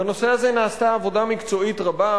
בנושא הזה נעשתה עבודה מקצועית רבה,